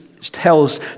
tells